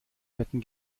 fetten